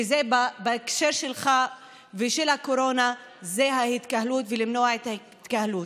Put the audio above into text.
ובהקשר שלך ושל הקורונה זה למנוע את ההתקהלות.